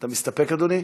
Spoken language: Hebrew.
אתה מסתפק, אדוני?